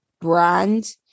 brand